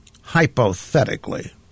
Hypothetically